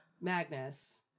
Magnus